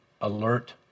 alert